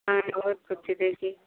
আমি ঘর খুঁজছি দেখবি